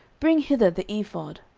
bring hither the ephod.